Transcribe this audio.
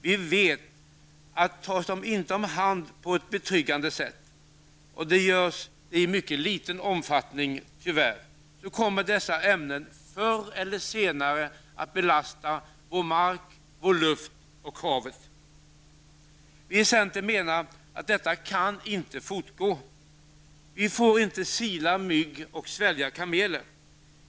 Vi vet att om de inte tas om hand på ett betryggande sätt, och det görs tyvärr i mycket liten omfattning, så kommer dessa ämnen förr eller senare att bli en belastning i mark, hav och luft. Vi i centern menar att detta inte kan fortgå. Vi får inte sila mygg och svälja kameler.